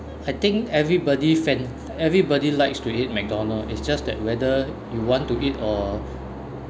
I think everybody fan~ everybody likes to eat McDonald's it's just that whether you want to eat or